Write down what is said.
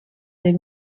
del